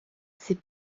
ses